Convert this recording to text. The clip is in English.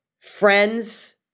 friends